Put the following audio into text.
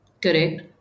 Correct